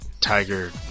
Tiger